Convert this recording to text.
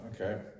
okay